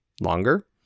longer